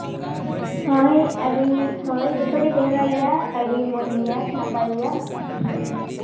ᱦᱳᱭ ᱟᱹᱰᱤ ᱦᱳᱭ ᱡᱚᱛᱚᱜᱮ ᱪᱮᱦᱨᱟ ᱜᱮᱭᱟ ᱟᱹᱰᱤ ᱢᱚᱡᱽ ᱜᱮᱭᱟ ᱱᱟᱯᱟᱭ ᱜᱮᱭᱟ